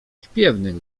śpiewnych